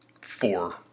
four